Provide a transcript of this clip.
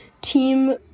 team